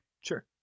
Sure